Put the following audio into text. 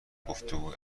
گفتگو